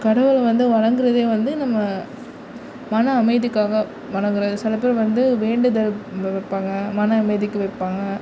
கடவுளை வந்து வணங்குறது வந்து நம்ம மன அமைதிக்காக வணங்கிறது சில பேர் வந்து வேண்டுதல் வைப்பாங்க மன அமைதிக்கு வைப்பாங்க